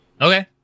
Okay